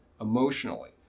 emotionally